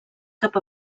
cap